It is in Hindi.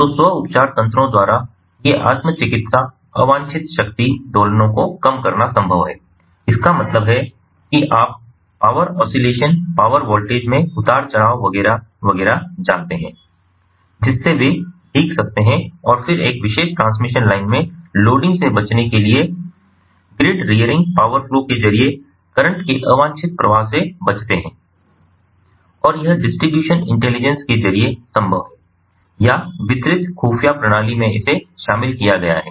तो स्व उपचार तंत्रों द्वारा ये आत्म चिकित्सा अवांछित शक्ति दोलनों को कम करना संभव है इसका मतलब है कि आप पावर ऑसिलेशन पावर वोल्टेज में उतार चढ़ाव वगैरह वगैरह जानते हैं जिससे वे भीग सकते हैं और फिर एक विशेष ट्रांसमिशन लाइन में लोडिंग से बचने के लिए ग्रिड रीयरिंग पावर फ्लो के जरिए करंट के अवांछित प्रवाह से बचते हैं और यह डिस्ट्रीब्यूशन इंटेलिजेंस के जरिए संभव है या वितरित खुफिया प्रणाली में इसे शामिल किया गया हैं